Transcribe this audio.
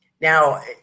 now